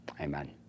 amen